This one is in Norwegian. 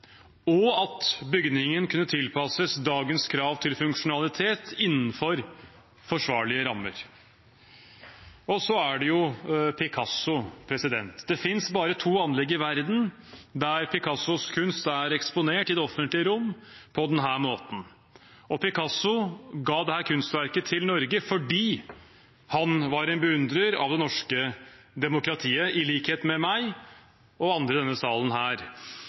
og at bygningen kunne tilpasses dagens krav til funksjonalitet innenfor forsvarlige rammer. Så er det jo Picasso. Det finnes bare to anlegg i verden der Picassos kunst er eksponert i det offentlige rom på denne måten. Picasso ga dette kunstverket til Norge fordi han var en beundrer av det norske demokratiet – i likhet med meg og andre i denne salen.